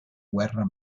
guerra